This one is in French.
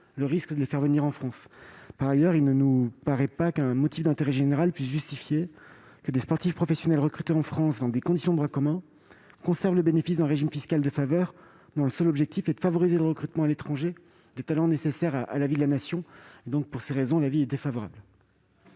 le risque de les faire venir en France. Par ailleurs, il ne nous paraît pas qu'un motif d'intérêt général puisse justifier que des sportifs professionnels recrutés en France dans des conditions de droit commun conservent le bénéfice d'un régime fiscal de faveur dont le seul objectif est de favoriser le recrutement à l'étranger des talents nécessaires à la vie de la Nation. Pour ces raisons, l'avis du Gouvernement